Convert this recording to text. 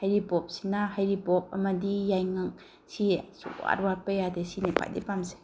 ꯍꯩꯔꯤꯕꯣꯞꯁꯤꯅ ꯍꯩꯔꯤꯕꯣꯞ ꯑꯃꯗꯤ ꯌꯥꯏꯉꯪ ꯁꯤ ꯁꯨꯡꯋꯥꯠ ꯋꯥꯠꯄ ꯌꯥꯗꯦ ꯁꯤꯅꯦ ꯈ꯭ꯋꯥꯏꯗꯒꯤ ꯄꯥꯝꯖꯩ